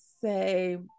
say